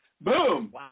Boom